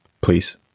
please